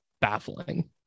baffling